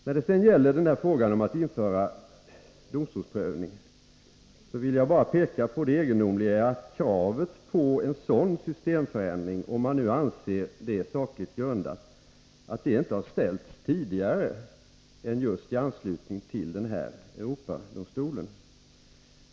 När det sedan gäller frågan om införande av domstolsprövning vill jag bara peka på det egendomliga i att kravet på att en sådan systemförändring skall genomföras — om man nu anser det sakligt grundat —inte har ställts tidigare än just i anslutning till den här domen i Europadomstolen.